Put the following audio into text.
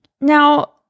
Now